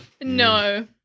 No